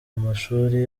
amashuli